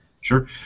Sure